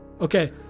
okay